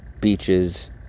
beaches